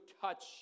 touch